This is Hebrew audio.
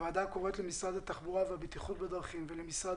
הוועדה קוראת למשרד התחבורה והבטיחות בדרכים ולמשרד